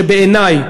שבעיני,